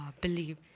believe